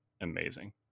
amazing